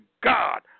God